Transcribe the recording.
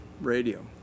radio